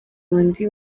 undi